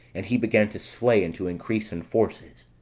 and he began to slay, and to increase in forces.